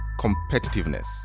competitiveness